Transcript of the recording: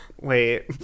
Wait